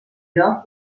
lloc